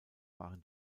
waren